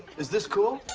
is this cool?